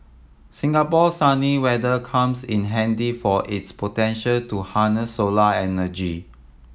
Singapore's sunny weather comes in handy for its potential to harness solar energy